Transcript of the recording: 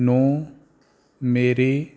ਨੂੰ ਮੇਰੀ